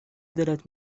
دلت